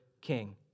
king